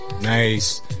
Nice